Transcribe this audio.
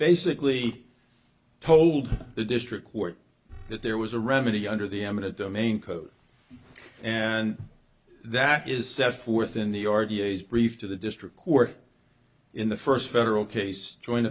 basically told the district court that there was a remedy under the eminent domain code and that is set forth in the r d s brief to the district court in the first federal case join